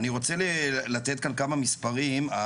רוצה לתת כאן כמה מספרים.